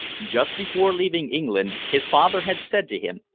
just before leaving england his father had said to him,